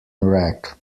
rack